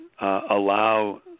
allow